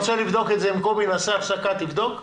נעשה הפסקה ותבדו?